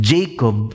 Jacob